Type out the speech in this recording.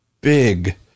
big